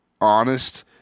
honest